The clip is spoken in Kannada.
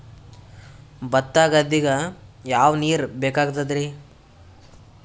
ಭತ್ತ ಗದ್ದಿಗ ಯಾವ ನೀರ್ ಬೇಕಾಗತದರೀ?